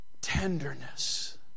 Tenderness